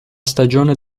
stagione